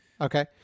Okay